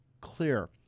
clear